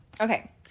Okay